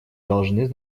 должны